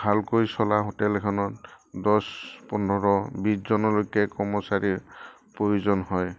ভালকৈ চলা হোটেল এখনত দহ পোন্ধৰ বিছজনলৈকে কৰ্মচাৰীৰ প্ৰয়োজন হয়